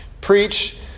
Preach